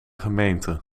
gemeente